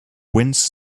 winds